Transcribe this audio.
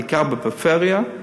בעיקר בפריפריה.